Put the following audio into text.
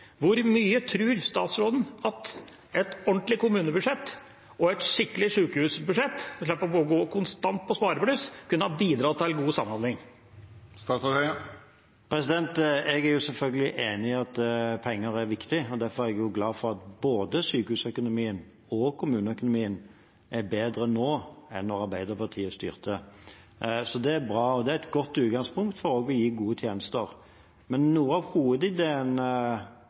statsråden at et ordentlig kommunebudsjett og et skikkelig sykehusbudsjett, istedenfor å gå konstant på sparebluss, kunne ha bidratt til god samhandling? Jeg er selvfølgelig enig i at penger er viktig. Derfor er jeg glad for at både sykehusøkonomien og kommuneøkonomien er bedre nå enn da Arbeiderpartiet styrte. Det er bra, og det er et godt utgangspunkt for å gi gode tjenester. Men noe av hovedideen, i hvert fall sånn som jeg husker fra disse debattene i den